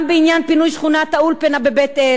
גם בעניין פינוי שכונת-האולפנה בבית-אל